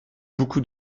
beaucoup